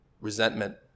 resentment